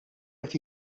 qed